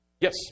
Yes